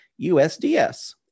USDS